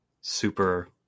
super